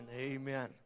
Amen